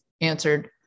answered